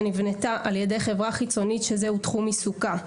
שנבנתה על ידי חברה חיצונית שזהו תחום עיסוקה.